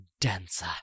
dancer